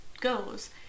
goes